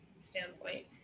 standpoint